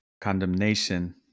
condemnation